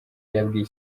yabwiye